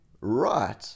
right